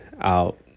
out